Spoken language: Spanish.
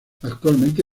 actualmente